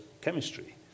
chemistry